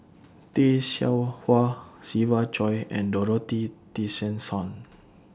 Tay Seow Huah Siva Choy and Dorothy Tessensohn